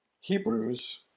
Hebrews